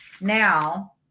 Now